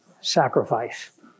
sacrifice